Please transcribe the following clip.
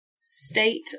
state